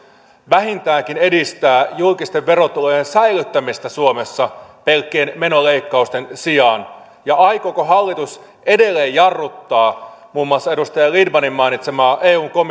vähintäänkin edistää julkisten verotulojen säilyttämistä suomessa pelkkien menoleikkausten sijaan ja aikooko hallitus edelleen jarruttaa muun muassa edustaja lindtmanin mainitsemaa eu